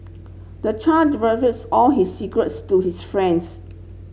the child all his secrets to his friends